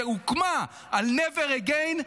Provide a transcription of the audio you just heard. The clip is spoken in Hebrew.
שהוקמה על never again,